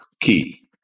key